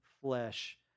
flesh